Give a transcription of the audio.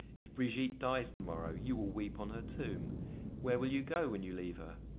if brigitte dies to-morrow you will weep on her tomb where will you go when you leave her?